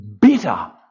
bitter